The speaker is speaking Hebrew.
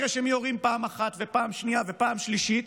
אחרי שהם יורים פעם אחת ופעם שנייה ופעם שלישית,